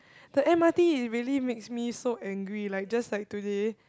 the M_R_T it really makes me so angry like just like today